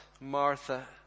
Martha